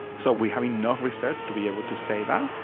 so we have enough research to be able to say that.